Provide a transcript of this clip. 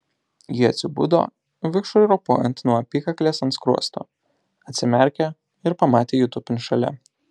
ji atsibudo vikšrui ropojant nuo apykaklės ant skruosto atsimerkė ir pamatė jį tupint šalia